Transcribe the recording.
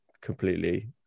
completely